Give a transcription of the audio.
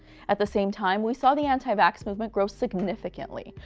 at the same time, we saw the anti-vax movement grow significantly,